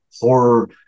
horror